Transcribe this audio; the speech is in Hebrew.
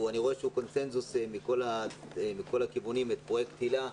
אני רואה שהוא בקונצנזוס מכל הכיוונים פרויקט היל"ה.